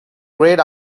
grayed